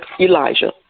Elijah